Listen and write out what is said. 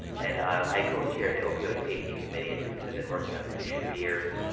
and i co-chair the opioid safety committee at duke, and i've been working on this issue for years.